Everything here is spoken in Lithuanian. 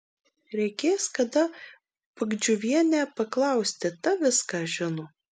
reikės kada bagdžiuvienę paklausti ta viską žino